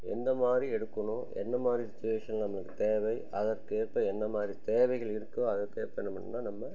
எந்த மாதிரி எடுக்கணும் என்ன மாதிரி சிச்சுவேஷனில் நம்மளுக்கு தேவை அதற்கேற்ப என்ன மாதிரி தேவைகள் இருக்கோ அதற்கேற்ப என்ன பண்ணுன்னா நம்ம